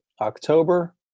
October